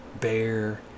bear